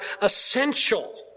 essential